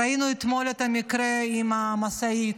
ראינו אתמול את המקרה עם המשאית,